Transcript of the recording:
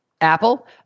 Apple